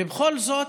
ובכל זאת,